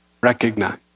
Recognize